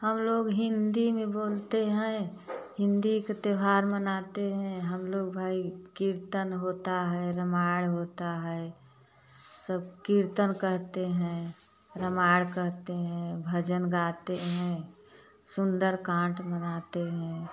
हम लोग हिन्दी में बोलते हैं हिन्दी का त्योहार मनाते हैं हम लोग भाई कीर्तन होता है रामायण होता है सब कीर्तन करते हैं रामायण करते हैं भजन गाते हैं सुन्दरकांड मंगाते हैं